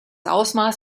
ausmaß